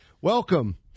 welcome